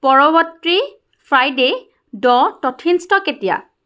পৰৱৰ্তী Friday the টথিঞ্চট কেতিয়া